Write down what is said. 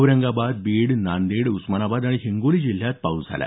औरंगाबाद बीड नांदेड उस्मानाबाद आणि हिंगोली जिल्ह्यात पाऊस झाला